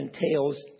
entails